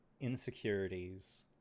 insecurities